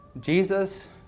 Jesus